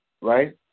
right